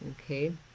Okay